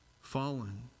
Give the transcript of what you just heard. fallen